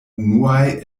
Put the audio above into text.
unuaj